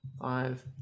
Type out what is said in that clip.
five